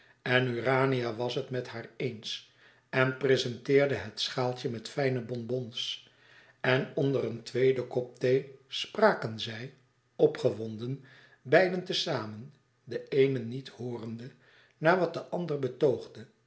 en urania was het met haar eens en prezenteerde het schaaltje met fijne bonbons en onder een tweede kop thee spraken zij opgewonden beiden te samen de eene niet hoorende naar wat de andere betoogde